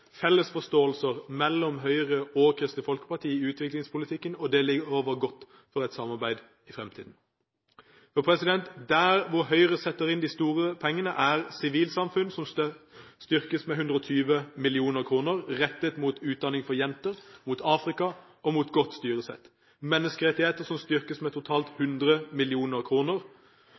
felles forståelse mellom Høyre og Kristelig Folkeparti i utviklingspolitikken, og det lover godt for et samarbeid i fremtiden. Høyre setter inn store penger til sivilsamfunn, som styrkes med 120 mill. kr, rettet mot utdanning for jenter, mot Afrika og mot godt styresett, og støtte til menneskerettigheter som styrkes med totalt 100